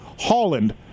Holland